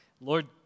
Lord